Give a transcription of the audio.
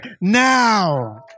now